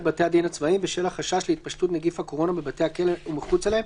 בתי הדין הצבאיים בשל החשש להתפשטות נגיף הקורונה בבתי הכלא ומחוצה להם,